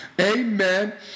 amen